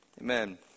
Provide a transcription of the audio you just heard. Amen